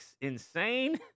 Insane